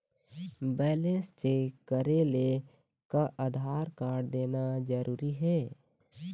Balance check करेले का Aadhaar card देना जरूरी हे?